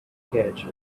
catch